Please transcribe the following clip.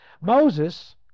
Moses